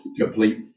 complete